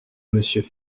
monsieur